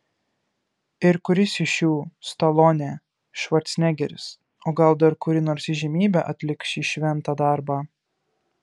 ir kuris iš šių stalonė švarcnegeris o gal dar kuri nors įžymybė atliks šį šventą darbą